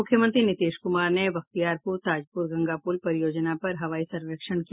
मुख्यमंत्री नीतीश कुमार ने बख्तियारपुर ताजपुर गंगा पुल परियोजना का हवाई सर्वेक्षण किया